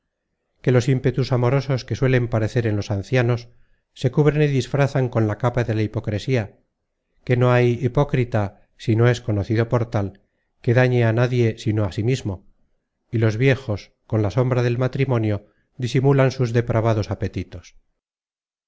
que los ímpetus amorosos que suelen parecer en los ancianos se cubren y disfrazan con la capa de la hipocresía que no hay hipócrita si no es conocido por tal que dañe a nadie sino á sí mismo y los viejos con la sombra del matrimonio disimulan sus depravados apetitos